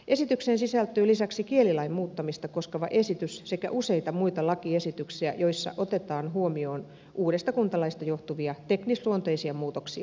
esitykseen sisältyy lisäksi kielilain muuttamista koskeva esitys sekä useita muita lakiesityksiä joissa otetaan huomioon uudesta kuntalaista johtuvia teknisluonteisia muutoksia